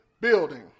building